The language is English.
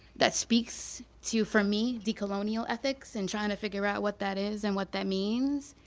that speaks to you for me, the colonial ethics, and trying to figure out what that is, and what that means.